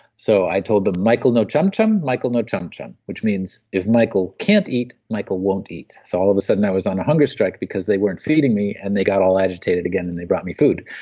so i told them, michael no chum-chum, michael no chum-chum, which means if michael can't eat, michael won't eat. so all of a sudden i was on a hunger strike because they weren't feeding me, and they got all agitated again and they brought me food,